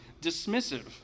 dismissive